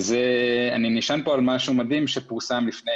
אני נשען כאן על משהו מדהים שפורסם לפני